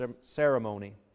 ceremony